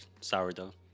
sourdough